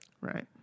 Right